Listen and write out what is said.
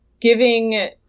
giving